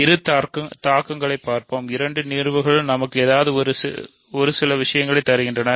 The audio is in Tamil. இரு தாக்கங்களையும் பார்ப்போம் இரண்டு நிகழ்வுகளும் நமக்கு ஏதாவது ஒரு சில விசயங்களை தருகின்றன